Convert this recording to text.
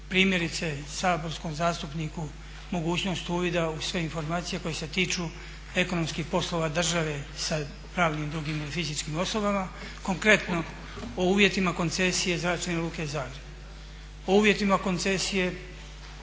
primjerice saborskom zastupniku mogućnost uvida u sve informacije koje se tiču ekonomskih poslova države sa pravnim i drugim fizičkim osobama. Konkretno o uvjetima koncesije Zračne luke Zagreb, o uvjetima koncesije